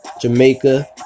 Jamaica